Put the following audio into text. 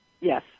Yes